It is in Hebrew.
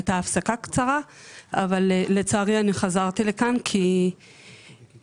הייתה הפסקה קצרה אבל לצערי אני חזרתי לכאן כי אנחנו